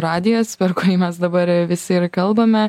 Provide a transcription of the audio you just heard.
radijas per kurį mes dabar visi ir kalbame